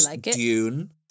Dune